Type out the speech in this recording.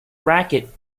racket